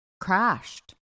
crashed